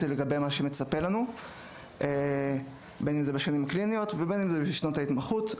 לגבי מה שמצפה לנו בין בשנים הקליניות ובין בשנות ההתמחות.